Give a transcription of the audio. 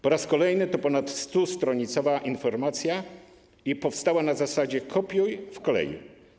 Po raz kolejny to ponad 100-stronicowa informacja, która powstała na zasadzie: kopiuj - wklej.